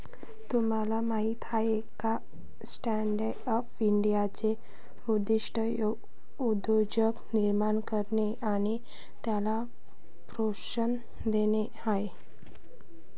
तुम्हाला माहीत आहे का स्टँडअप इंडियाचे उद्दिष्ट उद्योजक निर्माण करणे आणि त्यांना प्रोत्साहन देणे आहे